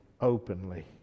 openly